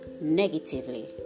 negatively